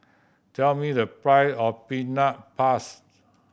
tell me the price of peanut pass